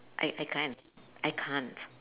I I can't I can't